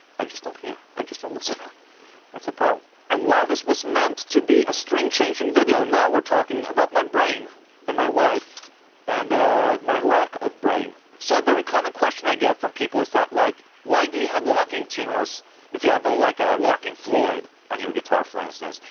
i just don't hear, i just don't listen that's a problem and while this was meant to be a string changing video, now we're talking about my brain and my wife and my lack of brain so a very common question i get from people is that like. why do you have locking tuners if you have like a locking floyd on your guitar for instance?